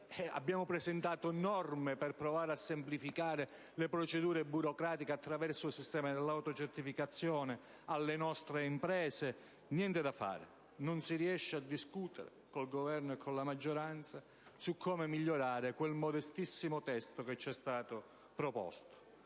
Abbiamo presentato norme per provare a semplificare le procedure burocratiche attraverso il sistema dell'autocertificazione alle nostre imprese. Niente da fare: non si riesce a discutere con il Governo e con la maggioranza su come migliorare il modestissimo testo che ci è stato proposto.